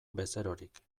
bezerorik